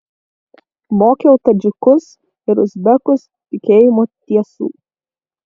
mokiau tadžikus ir uzbekus tikėjimo tiesų